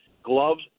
gloves